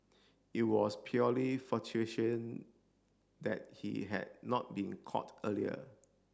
it was purely that he had not been caught earlier